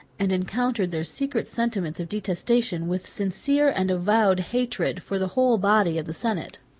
and encountered their secret sentiments of detestation with sincere and avowed hatred for the whole body of the senate.